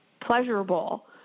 pleasurable